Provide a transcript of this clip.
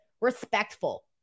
respectful